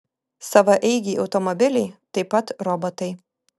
savaeigiai automobiliai taip pat robotai